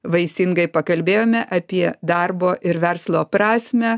vaisingai pakalbėjome apie darbo ir verslo prasmę